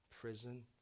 prison